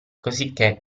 cosicché